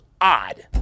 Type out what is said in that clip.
odd